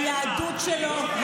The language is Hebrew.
היהדות שלו,